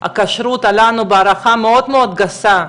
הכשרות עלתה לנו, בהערכה מאוד מאוד גסה,